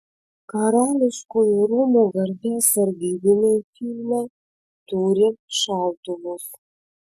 karališkųjų rūmų garbės sargybiniai filme turi šautuvus